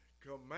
command